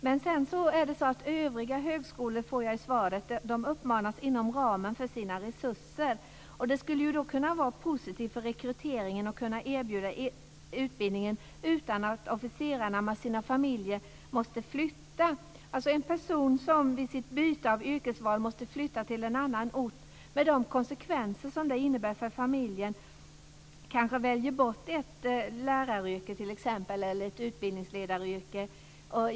Men i svaret står det att övriga högskolor uppmanas att göra detta inom ramen för sina resurser. Det skulle kunna vara positivt för rekryteringen att kunna erbjuda utbildning utan att officerarna och deras familjer måste flytta. En person som vid byte av yrke måste flytta till en annan ort, med de konsekvenser som det innebär för familjen, väljer kanske bort läraryrket eller utbildningsledareyrket.